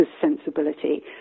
sensibility